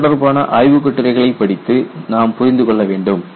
இதுதொடர்பான ஆய்வுக் கட்டுரைகளை படித்து நாம் புரிந்து கொள்ள வேண்டும்